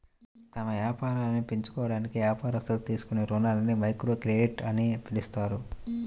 తమ వ్యాపారాలను పెంచుకోవడానికి వ్యాపారస్తులు తీసుకునే రుణాలని మైక్రోక్రెడిట్ అని పిలుస్తారు